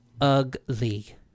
Ugly